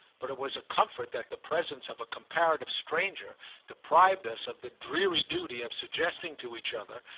but it was a comfort that the presence of a comparative stranger deprived us of the dreary duty of suggesting to each other,